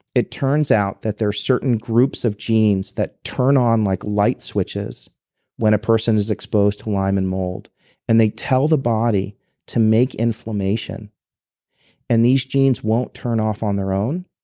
it turns out that there certain groups of genes that turn on like light switches when a person is exposed to lyme and mold and they tell the body to make inflammation and these genes won't turn off on their own,